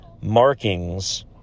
markings